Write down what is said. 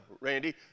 Randy